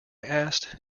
asked